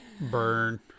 burn